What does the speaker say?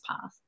path